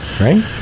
Right